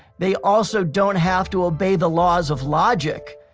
they also don't have to obey the laws of logic.